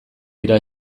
dira